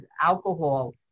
alcohol